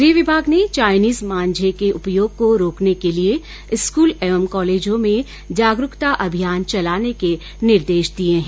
गृह विभाग ने चाइनीज मांझे के उपयोग को रोकने के लिए स्कूल एवं कॉलेजों में जागरूकता अभियान चलाने के निर्देश दिए हैं